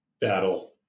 battle